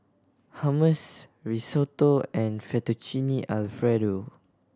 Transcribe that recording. Hummus Risotto and Fettuccine Alfredo